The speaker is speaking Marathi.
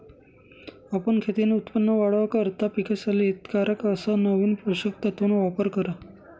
आपलं खेतीन उत्पन वाढावा करता पिकेसले हितकारक अस नवीन पोषक तत्वन वापर करा